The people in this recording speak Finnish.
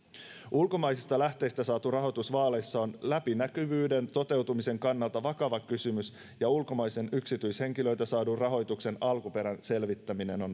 ulkomaisista lähteistä saatu rahoitus vaaleissa on läpinäkyvyyden toteutumisen kannalta vakava kysymys ja ulkomaisen yksityishenkilöiltä saadun rahoituksen alkuperän selvittäminen on